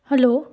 hello